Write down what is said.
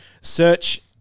search